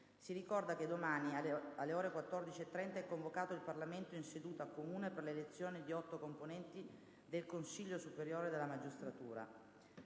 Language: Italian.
Si ricorda che domani, alle ore 14,30, è convocato il Parlamento in seduta comune per l'elezione di otto componenti del Consiglio superiore della magistratura.